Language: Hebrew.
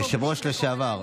היושב-ראש לשעבר,